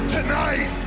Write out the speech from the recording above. Tonight